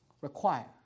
require